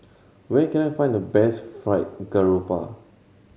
where can I find the best Fried Garoupa